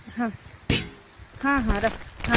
ହଁ ହଁ ହଁ ରଖ ହଁ